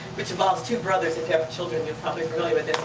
which involves two brothers. if you have children, you're probably familiar with it.